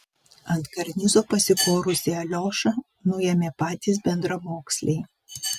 ant karnizo pasikorusį aliošą nuėmė patys bendramoksliai